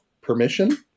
permission